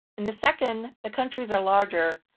in the second, the countries are larger,